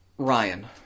Ryan